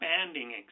expanding